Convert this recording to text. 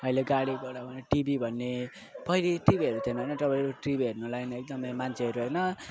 अहिले गाडीघोडा भने टिभी भन्ने पहिले टिभीहरू थिएन होइन तपाईँको टिभी हेर्नलाई एकदमै मान्छेहरू होइन